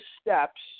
steps